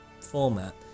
format